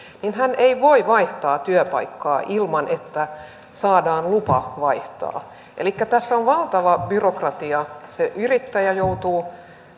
niin hän ei voi vaihtaa työpaikkaa ilman että saadaan lupa vaihtaa elikkä tässä on valtava byrokratia se yrittäjä joutuu